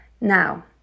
Now